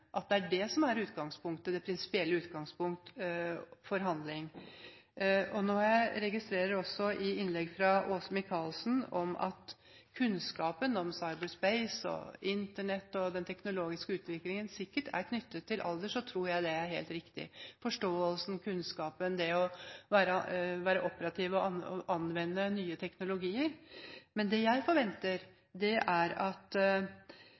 som er det prinsipielle utgangspunktet for handling. Når det gjelder det Åse Michaelsen sa i sitt innlegg om at kunnskapen om cyberspace og Internett og den teknologiske utviklingen sikkert er knyttet til alder, så tror jeg det er helt riktig – både når det gjelder forståelsen, kunnskapen og det å være operativ og anvende nye teknologier. Men jeg forventer at